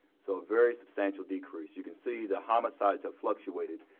so a very substantial decrease. you can see the homicides have fluctuated,